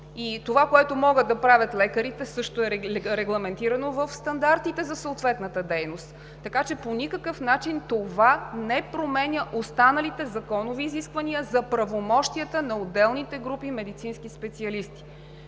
Това, което могат да правят лекарите, също е регламентирано в стандартите за съответната дейност, така че по никакъв начин това не променя останалите законови изисквания за правомощията на отделните групи медицински специалисти.